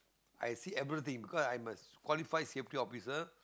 I see everything because I'm a qualified security officer